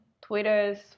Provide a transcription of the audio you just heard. Twitter's